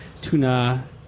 tuna